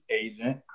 agent